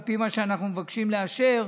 על פי מה שאנחנו מבקשים לאשר,